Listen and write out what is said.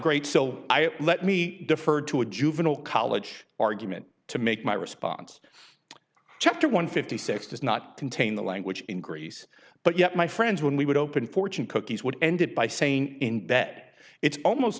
great so let me defer to a juvenile college argument to make my response chapter one fifty six does not contain the language in greece but yet my friends when we would open fortune cookies would ended by saying that it's almost